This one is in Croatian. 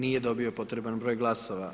Nije dobio potreban broj glasova.